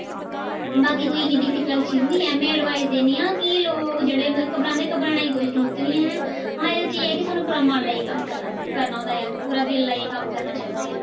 बाकी कोई डिफिक्लट चीज़ निं ऐ में अडवाईस दिन्नी आं कि लोग जेह्ड़े मतलब घबरांदे घबराने दी कोई जरूरत निं ऐ हां एह् चीज़ ऐ कि सानूं पूरा मन लाइयै कम्म करना करना होंदा ऐ पूरा दिल लाइयै कम्म करना चाहिदा ऐ